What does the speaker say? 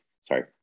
Sorry